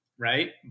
right